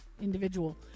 individual